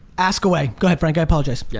ask away. go ahead frank, i apologize. yeah